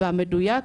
והמדויק,